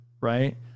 Right